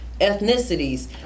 ethnicities